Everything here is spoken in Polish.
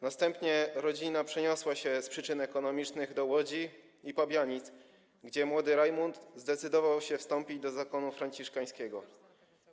Następnie rodzina przeniosła się z przyczyn ekonomicznych do Łodzi i Pabianic, gdzie młody Rajmund zdecydował się wstąpić do zakonu franciszkańskiego.